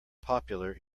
popular